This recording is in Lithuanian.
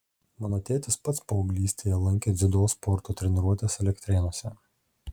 mano tėtis pats paauglystėje lankė dziudo sporto treniruotes elektrėnuose